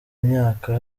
myaka